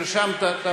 אדוני, נרשמת.